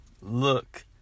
look